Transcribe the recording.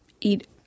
eat